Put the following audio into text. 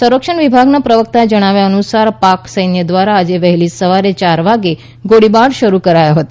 સંરક્ષણ વિભાગના પ્રવક્તા જણાવ્યા અનુસાર પાક સૈન્ય દ્વારા આજે વહેલી સવારે યાર વાગ્યે ગોળીબાર શરૂ કરાયો હતો